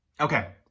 Okay